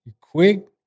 Quick